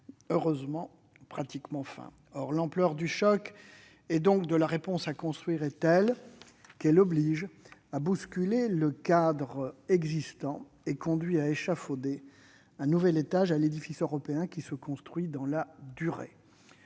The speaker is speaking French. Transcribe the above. ou quasiment -, et c'est heureux. Or l'ampleur du choc et donc de la réponse à élaborer est telle qu'elle oblige à bousculer le cadre existant et conduit à échafauder un nouvel étage à l'édifice européen qui se construit dans la durée.